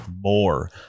more